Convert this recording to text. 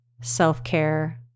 self-care